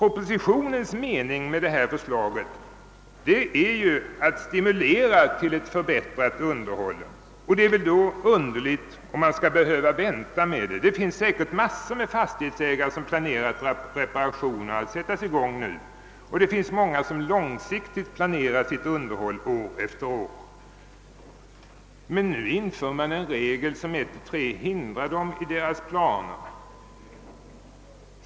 Meningen med förslaget i propositionen är ju att stimulera till ett förbättrat underhåll, och det är väl då underligt om man skall behöva vänta med att påbörja sådana arbeten. Det finns säkert massor av fastighetsägare som planerat att sätta i gång reparationer nu, och det finns många som långsiktigt planerar sina underhållsarbeten år efter år. Men nu inför man alltså ett tu tre en regel som hindrar dem i deras planer.